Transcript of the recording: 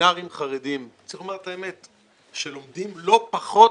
שסמינרים חרדיים, שלומדים לא פחות